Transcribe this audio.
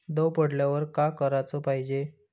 दव पडल्यावर का कराच पायजे?